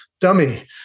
dummy